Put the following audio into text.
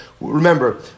Remember